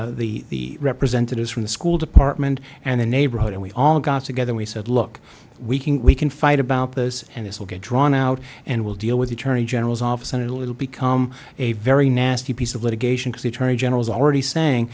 in the representatives from the school department and the neighborhood and we all got together we said look we can we can fight about this and it will get drawn out and we'll deal with the attorney general's office and it'll become a very nasty piece of litigation if the attorney general's already saying